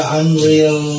unreal